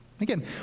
Again